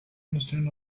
understand